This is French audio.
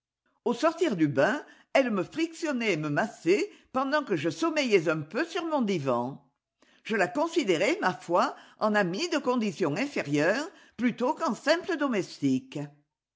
au sortir du bain elle me frictionnait et me massait pendant que je sommeillais un peu sur mon divan je la considérais ma foi en amie de condition inférieure plutôt qu'en simple domestique